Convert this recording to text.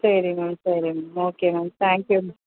சரி மேம் சரி ma'am okay ma'am thank you